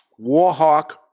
Warhawk